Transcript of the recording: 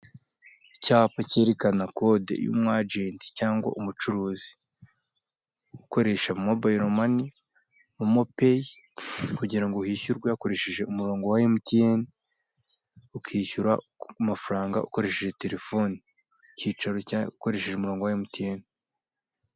Icyapa cyerekana kode y'umu ajenti cyangwa umucuruzi ukoreha mobayiro mani momo peyi kugira ngo wishyurwe hakoreshejwe umurongo wa emutiyene, ukishyura ku mafaranga ukoresheje telefone ikicarika ukoresheje umurongo wa emutiyene.